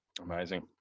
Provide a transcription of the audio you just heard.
Amazing